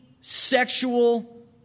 sexual